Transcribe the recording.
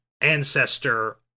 ancestor